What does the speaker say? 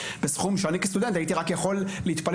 בסכום שאני כסטודנט הייתי רק יכול להתפלל